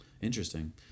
interesting